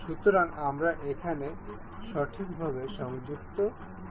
সুতরাং আমরা এখানে সঠিকভাবে সংযুক্ত দেখতে পারি